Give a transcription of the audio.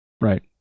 right